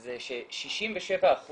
זה ש-67%